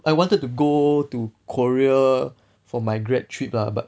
I wanted to go to korea for my grad trip lah but